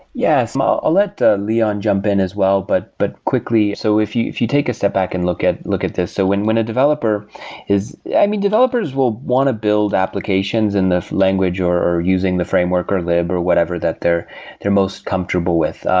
yes. i'll let leon jump in as well, but but quickly, so if you if you take a step back and look at look at this. so when when a developer is i mean, developers will want to build applications in the language, or or using the framework, or lib, or whatever that they're they're most comfortable with.